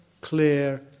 clear